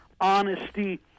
honesty